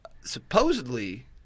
Supposedly